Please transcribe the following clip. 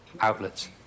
outlets